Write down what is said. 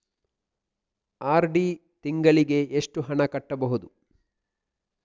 RD ತಿಂಗಳಿಗೆ ಎಷ್ಟು ಹಣ ಕಟ್ಟಬಹುದು?